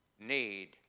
need